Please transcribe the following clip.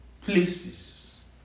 places